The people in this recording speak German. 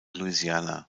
louisiana